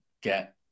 get